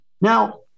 now